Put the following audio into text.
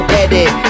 edit